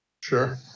Sure